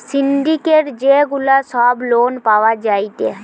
syndicate যে গুলা সব লোন পাওয়া যায়টে